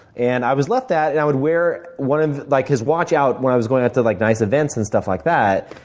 and i was left that, and i would wear one of like his watch out when i was going out to like nice events and stuff like that.